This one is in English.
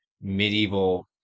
medieval